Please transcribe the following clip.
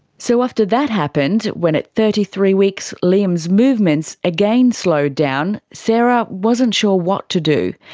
so after that happened, when at thirty three weeks liam's movements again slowed down, sarah wasn't sure what to do.